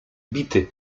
bity